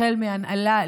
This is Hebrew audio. החל מהנעלה,